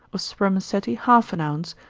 of spermaceti half an ounce,